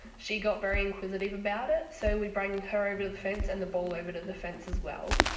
she got very inquisitive about it, so we brought her over to the fence and the ball over to the fence as well.